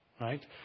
Right